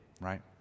right